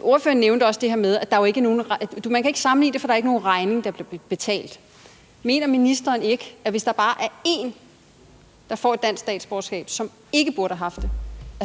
Ordføreren nævnte også, at man ikke kan sammenligne det, fordi der ikke er nogen regning, der bliver betalt. Mener ministeren ikke, at hvis der bare er en, der får et dansk statsborgerskab, som ikke burde have haft det,